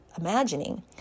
imagining